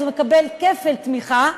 הוא מקבל כפל תמיכה,